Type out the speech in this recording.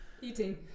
eating